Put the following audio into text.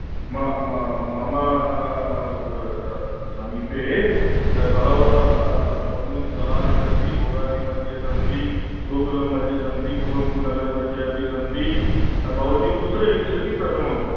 म म मम समीपे बहवः बहूनि स्थलानि सन्ति भोगादि मध्ये सन्ति गोकुलं मध्ये सन्ति कुवेम्पुनगर् मध्ये अपि सन्ति भवती कुत्र इच्छति प्रथमम्